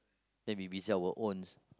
then be busy our owns